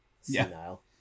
senile